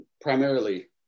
primarily